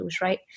right